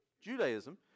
judaism